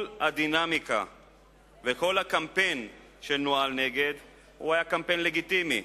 כל הדינמיקה וכל הקמפיין שנוהל נגד היו קמפיין לגיטימי.